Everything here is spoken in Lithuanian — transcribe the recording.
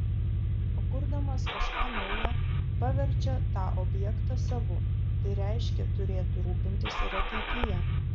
o kurdamas kažką nauja paverčia tą objektą savu tai reiškia turėtų rūpintis ir ateityje